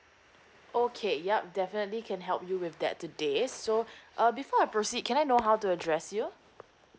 okay yup definitely can help you with that today so uh before I proceed can I know how to address you